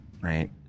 right